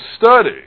study